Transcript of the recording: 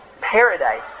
Paradise